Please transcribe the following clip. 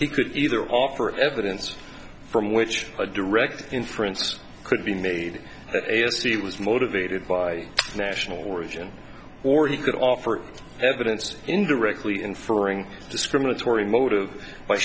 he could either offer evidence from which a direct inference could be made a s c was motivated by national origin or he could offer evidence indirectly inferring discriminatory motive by